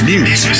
News